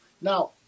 Now